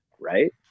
right